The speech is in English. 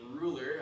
ruler